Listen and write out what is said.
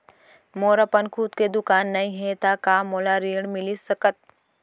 मोर अपन खुद के दुकान नई हे त का मोला ऋण मिलिस सकत?